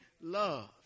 love